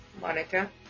monica